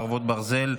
חרבות ברזל)